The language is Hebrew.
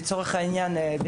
לצורך העניין,